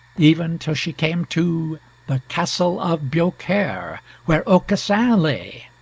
even till she came to the castle of biaucaire, where aucassin lay.